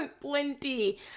plenty